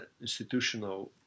institutional